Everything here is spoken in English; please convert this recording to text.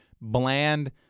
bland